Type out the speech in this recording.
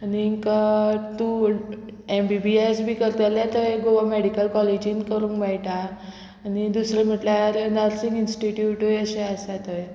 आनीक तूं M B B S B करतले थंय गोवा मॅडिकल कॉलेजीन करूंक मेळटा आनी दुसरें म्हटल्यार नर्सींग इंस्टिट्यूटूय अशें आसा थंय